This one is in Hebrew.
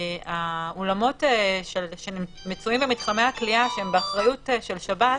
האולמות שמצויים במתחמי הכליאה שהם באחריות של שב"ס,